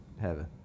heaven